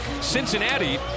Cincinnati